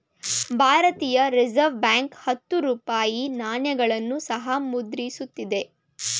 ಭಾರತೀಯ reserve bank ಹತ್ತು ರೂಪಾಯಿ ನಾಣ್ಯಗಳನ್ನು ಸಹ ಮುದ್ರಿಸುತ್ತಿದೆ